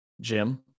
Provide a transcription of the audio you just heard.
Jim